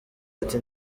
ati